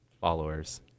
followers